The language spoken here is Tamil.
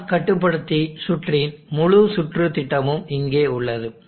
சார்ஜ் கட்டுப்படுத்தி சுற்றின் முழு சுற்றுத் திட்டமும் இங்கே உள்ளது